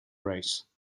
race